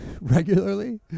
regularly